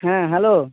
হ্যাঁ হ্যালো